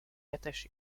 attaché